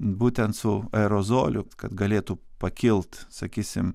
būtent su aerozoliu kad galėtų pakilt sakysim